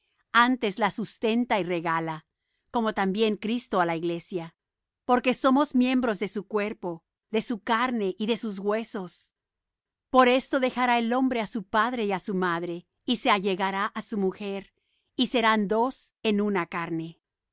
antes la sustenta y regala como también cristo á la iglesia porque somos miembros de su cuerpo de su carne y de sus huesos por esto dejará el hombre á su padre y á su madre y se allegará á su mujer y serán dos en una carne